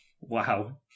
Wow